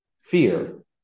fear